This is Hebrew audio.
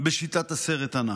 בשיטת הסרט הנע.